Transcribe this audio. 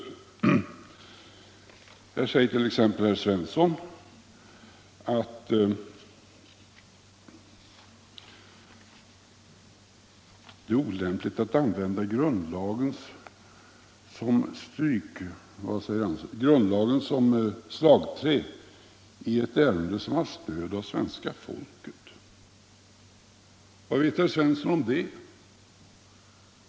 Herr Svensson säger t.ex. att det är olämpligt att använda grundlagen som slagträ i ett ärende som har stöd hos hela svenska folket. Vad vet herr Svensson om det?